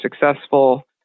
successful